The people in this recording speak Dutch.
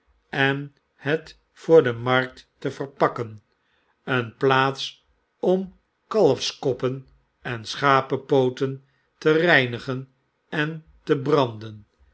en het voor de mark teverpakkeneen plaats om kalfskoppen en schapenpooten te reinigen en te branden